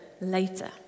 later